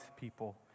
people